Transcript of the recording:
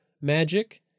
magic